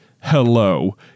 hello